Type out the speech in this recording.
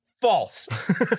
false